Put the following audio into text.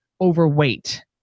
overweight